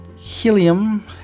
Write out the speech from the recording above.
Helium